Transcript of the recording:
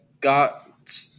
got